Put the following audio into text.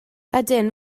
ydyn